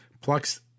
plus